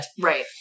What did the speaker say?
Right